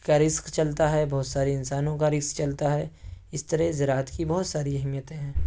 کا رزق چلتا ہے بہت سارے انسانوں کا رزق چلتا ہے اس طرح زراعت کی بہت ساری اہمیتیں ہیں